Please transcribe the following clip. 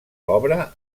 obra